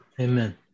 Amen